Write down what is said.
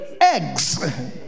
eggs